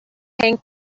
hang